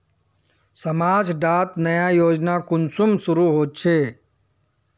समाज डात नया योजना कुंसम शुरू होछै?